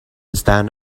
stand